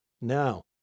Now